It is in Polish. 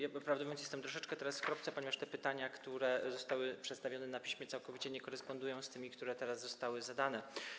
Ja, prawdę mówiąc, jestem teraz troszeczkę w kropce, ponieważ te pytania, które zostały przedstawione na piśmie, całkowicie nie korespondują z tymi, które teraz zostały zadane.